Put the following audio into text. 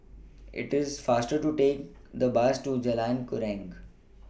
IT IS faster to Take The Bus to Jalan Keruing